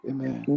Amen